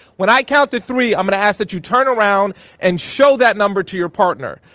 when i count to three, i'm gonna ask that you turn around and show that number to your partner.